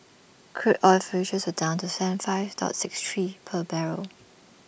crude oil futures down to Seven five dollar six three per barrel